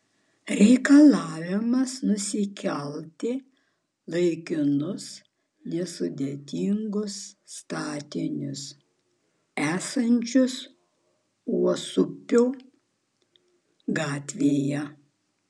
reikalavimas nusikelti laikinus nesudėtingus statinius esančius uosupio gatvėje